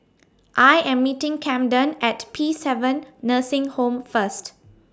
I Am meeting Camden At Peacehaven Nursing Home First